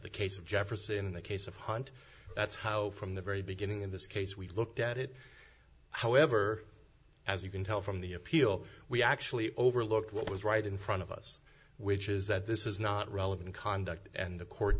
and the case of hunt that's how from the very beginning in this case we looked at it however as you can tell from the appeal we actually overlooked what was right in front of us which is that this is not relevant conduct and the court